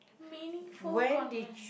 meaningful conver~